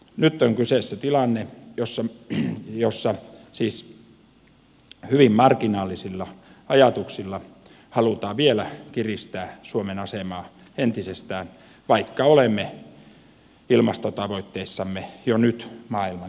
nyt on kyseessä tilanne jossa siis hyvin marginaalisilla ajatuksilla halutaan vielä kiristää suomen asemaa entisestään vaikka olemme ilmastotavoitteissamme jo nyt maailman kärkimaita